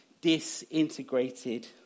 disintegrated